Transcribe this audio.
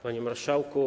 Panie Marszałku!